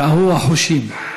קהו החושים.